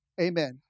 Amen